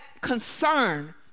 concern